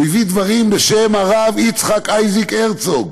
הוא הביא דברים בשם הרב יצחק אייזיק הרצוג,